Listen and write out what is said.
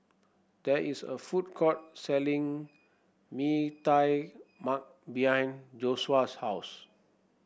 there is a food court selling Mee Tai Mak behind Joshua's house